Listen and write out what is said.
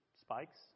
spikes